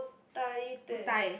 Thai teh